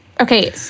Okay